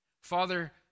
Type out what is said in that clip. Father